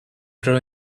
grow